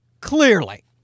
Clearly